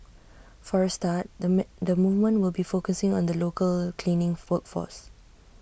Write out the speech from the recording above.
for A start the mad the movement will be focusing on the local cleaning food force